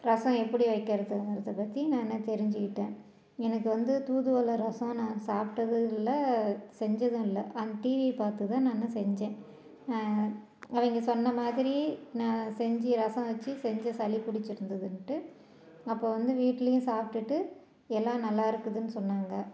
ரசம் எப்படி வைக்கறதுங்கிறத பற்றி நான் தெரிஞ்சிகிட்டேன் எனக்கு வந்து தூதுவளை ரசம் நான் சாப்பிட்டதும் இல்லை செஞ்சதும் இல்லை அந்த டிவி பார்த்துதான் நானு செஞ்சேன் அவங்க சொன்ன மாதிரி நான் செஞ்சி ரசம் வெச்சி செஞ்சேன் சளி பிடிச்சிருந்துதுன்ட்டு அப்போது வந்து வீட்லேயும் சாப்பிட்டுட்டு எல்லா நல்லார்க்குதுன்னு சொன்னாங்க